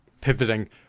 pivoting